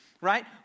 right